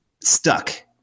stuck